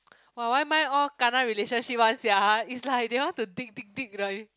!wah! why mine all kena relationship one sia it's like they want to dig dig dig like